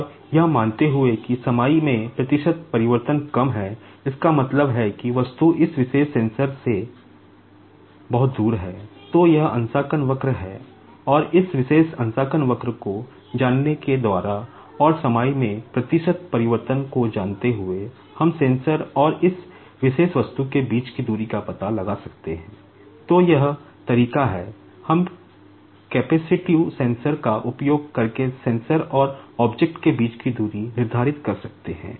charge accumulation और यह मानते हुए कि समाई में प्रतिशत परिवर्तन कम है इसका मतलब है कि वस्तु इस विशेष सेंसर के बीच की दूरी निर्धारित कर सकते हैं